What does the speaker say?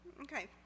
Okay